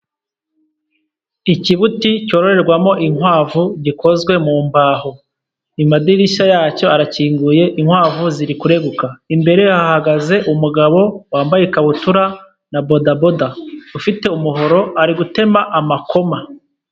Ikibuti cyororerwamo inkwavu gikozwe mu mbaho, amadirishya yacyo arakinguye inkwavu ziri kureguka, imbere hahagaze umugabo wambaye ikabutura na bodaboda, ufite umuhoro ari gutema amakoma.